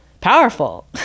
powerful